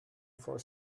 for